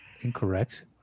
Incorrect